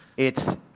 it's,